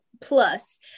plus